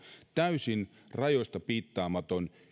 täysin rajoista piittaamattomia